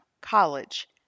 college